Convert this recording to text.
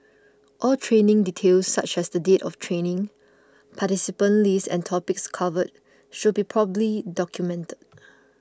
all training details such as the date of training participant list and topics covered should be properly documented